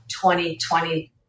2020